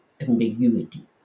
ambiguity